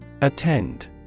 Attend